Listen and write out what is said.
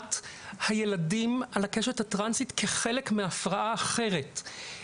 ראיית הילדים על הקשת הטרנסית כחלק מהפרעה אחרת,